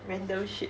random shit